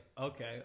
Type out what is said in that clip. Okay